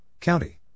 County